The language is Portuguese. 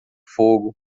fogo